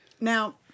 Now